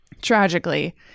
tragically